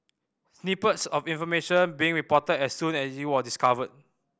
snippets of information being reported as soon as it was discovered